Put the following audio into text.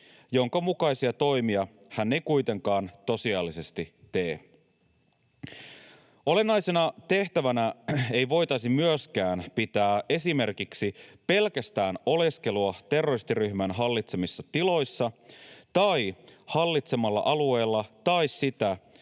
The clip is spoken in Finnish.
jonka mukaisia toimia hän ei kuitenkaan tosiasiallisesti tee. Olennaisena tehtävänä ei voitaisi myöskään pitää esimerkiksi pelkästään oleskelua terroristiryhmän hallitsemissa tiloissa tai hallitsemalla alueella tai sitä,